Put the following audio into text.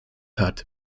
hat